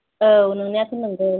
औ नंनायाथ' नोंगौ